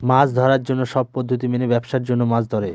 মাছ ধরার জন্য সব পদ্ধতি মেনে ব্যাবসার জন্য মাছ ধরে